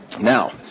Now